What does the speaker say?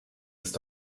ist